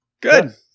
Good